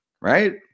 right